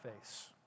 face